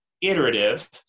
iterative